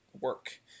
work